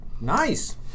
Nice